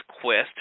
quest